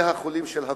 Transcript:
לבתי-החולים של הקופות.